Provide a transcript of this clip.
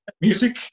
music